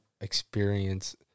experience